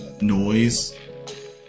noise